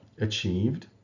achieved